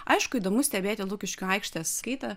aišku įdomu stebėti lukiškių aikštės kaitą